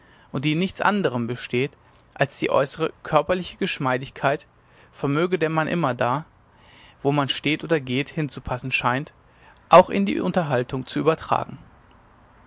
und die in nichts anderm besteht als die äußere körperliche geschmeidigkeit vermöge der man immer da wo man steht oder geht hinzupassen scheint auch in die unterhaltung zu übertragen